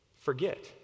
forget